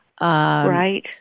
Right